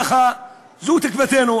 זו תקוותנו.